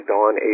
Dawn